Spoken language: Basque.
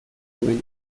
duen